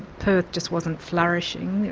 perth just wasn't flourishing,